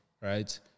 Right